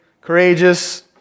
courageous